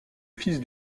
fils